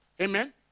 Amen